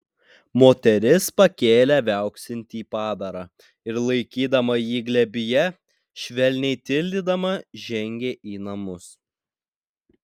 moteris pakėlė viauksintį padarą ir laikydama jį glėbyje švelniai tildydama žengė į namus